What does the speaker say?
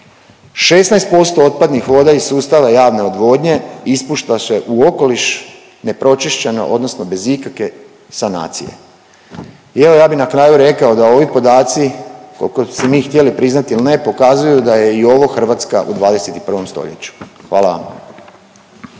16% otpadnih voda iz sustava javne odvodnje ispušta se u okoliš nepročišćeno, odnosno bez ikakve sanacije. I evo ja bih na kraju rekao da ovi podaci koliko si mi htjeli priznati ili ne pokazuju da je i ovo Hrvatska u 21. stoljeću. Hvala vam.